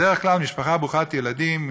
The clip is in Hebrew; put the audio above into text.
בדרך כלל משפחה ברוכת ילדים,